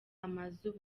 amazu